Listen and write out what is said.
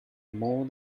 more